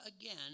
again